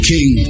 King